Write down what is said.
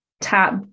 tap